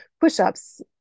push-ups